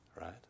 right